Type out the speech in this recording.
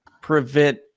prevent